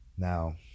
Now